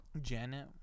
Janet